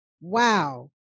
wow